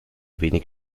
wenig